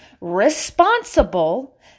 responsible